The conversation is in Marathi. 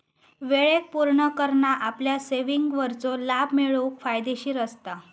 वेळेक पुर्ण करना आपल्या सेविंगवरचो लाभ मिळवूक फायदेशीर असता